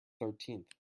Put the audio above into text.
thirteenth